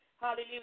Hallelujah